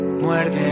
Muerde